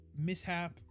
mishap